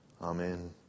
Amen